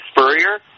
Spurrier